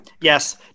yes